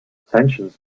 tensions